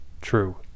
true